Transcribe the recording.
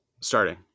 starting